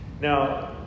Now